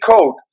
code